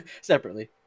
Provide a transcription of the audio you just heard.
separately